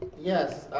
yes,